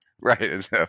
Right